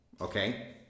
Okay